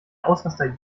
ausraster